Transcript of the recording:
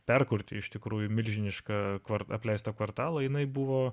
perkurti iš tikrųjų milžinišką kvart apleistą kvartalą jinai buvo